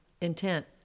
intent